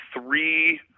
three